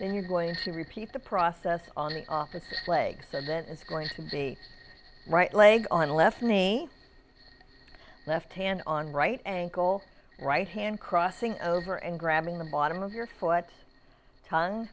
when you're going to repeat the process on the office legs and then it's going to be right leg on left me left hand on right ankle right hand crossing over and grabbing the bottom of your foot tongue